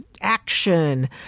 action